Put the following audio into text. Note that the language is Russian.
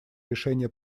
решения